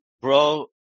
bro